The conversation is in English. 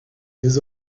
his